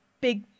big